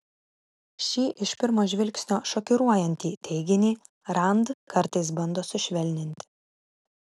šį iš pirmo žvilgsnio šokiruojantį teiginį rand kartais bando sušvelninti